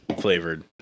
flavored